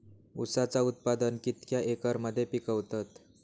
ऊसाचा उत्पादन कितक्या एकर मध्ये पिकवतत?